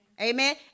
Amen